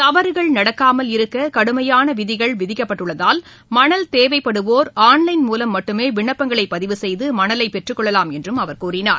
தவறுகள் நடக்காமல் இருக்க கடுமையான விதிகள் விதிக்கப்பட்டுள்ளதால் மணல் தேவைப்படுவோர் ஆன்லைன் மூலம் மட்டுமே விண்ணப்பங்களை பதிவு செய்து மணலை பெற்றுக்கொள்ளலாம் என்றும் அவர் கூறினார்